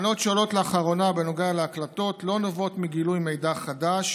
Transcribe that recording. הטענות שעולות לאחרונה בנוגע להקלטות לא נובעות מגילוי מידע חדש